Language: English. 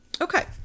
Okay